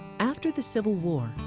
after the civil war,